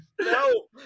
No